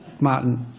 Martin